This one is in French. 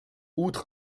outre